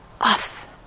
off